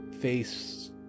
face